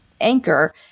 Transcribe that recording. anchor